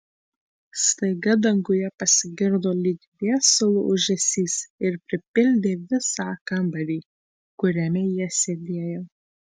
staiga danguje pasigirdo lyg viesulo ūžesys ir pripildė visą kambarį kuriame jie sėdėjo